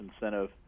incentive